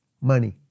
Money